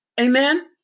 amen